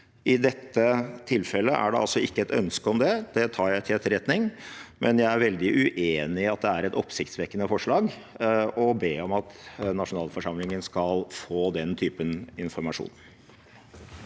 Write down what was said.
I dette tilfellet er det altså ikke et ønske om det. Det tar jeg til etterretning. Men jeg er veldig uenig i at det er et oppsiktsvekkende forslag å be om at nasjonalforsamlingen skal få den typen informasjon.